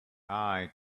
eye